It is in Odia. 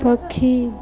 ପକ୍ଷୀ